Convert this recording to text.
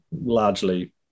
largely